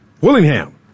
Willingham